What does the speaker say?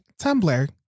Tumblr